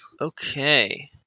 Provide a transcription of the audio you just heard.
Okay